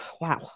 Wow